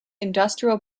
industrial